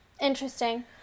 Interesting